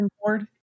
board